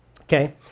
Okay